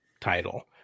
title